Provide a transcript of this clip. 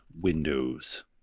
windows